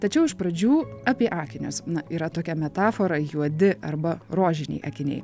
tačiau iš pradžių apie akinius yra tokia metafora juodi arba rožiniai akiniai